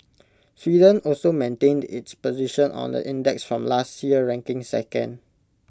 Sweden also maintained its position on the index from last year ranking second